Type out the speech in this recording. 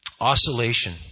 Oscillation